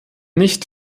nicht